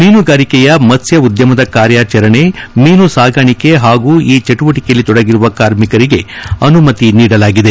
ಮೀನುಗಾರಿಕೆಯ ಮತ್ತ್ಯ ಉದ್ದಮದ ಕಾರ್ಯಾಚರಣೆ ಮೀನು ಸಾಗಾಣಿಕೆ ಹಾಗೂ ಈ ಚಟುವಟಿಕೆಯಲ್ಲಿ ತೊಡಗಿರುವ ಕಾರ್ಮಿಕರಿಗೆ ಅನುಮತಿ ನೀಡಲಾಗಿದೆ